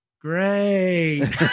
great